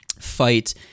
fight